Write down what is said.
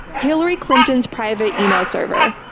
hillary clinton's private email server.